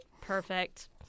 Perfect